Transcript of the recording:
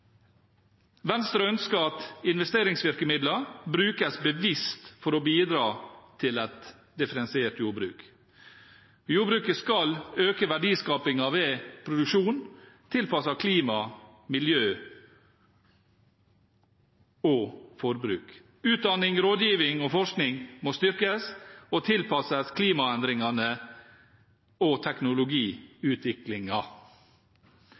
Venstre ønsker at investeringsvirkemidlene brukes bevisst for å bidra til et differensiert jordbruk. Jordbruket skal øke verdiskapingen ved produksjon tilpasset klima, miljø og forbruk. Utdanning, rådgiving og forskning må styrkes og tilpasses klimaendringene og